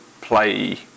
play